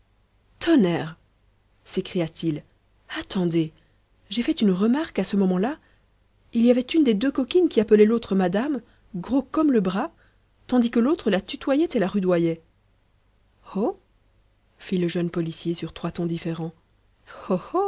tonnerre s'écria-t-il attendez j'ai fait une remarque à ce moment-là il y avait une des deux coquines qui appelait l'autre madame gros comme le bras tandis que l'autre la tutoyait et la rudoyait oh fit le jeune policier sur trois tons différents